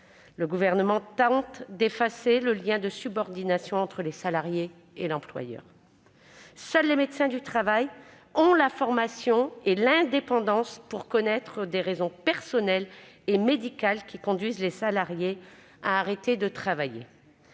Le Gouvernement tente d'effacer le lien de subordination entre les salariés et l'employeur. Seuls les médecins du travail ont la formation et l'indépendance nécessaires pour connaître des raisons personnelles et médicales qui conduisent les salariés à arrêter de travailler.